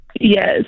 Yes